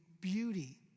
beauty